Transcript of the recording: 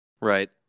Right